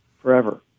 forever